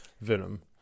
venom